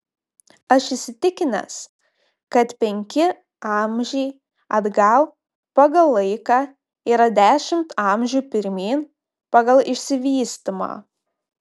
aš įsitikinęs kad penki amžiai atgal pagal laiką yra dešimt amžių pirmyn pagal išsivystymą